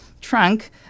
trunk